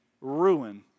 ruin